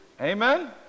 Amen